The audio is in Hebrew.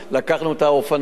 לקחנו את האופניים.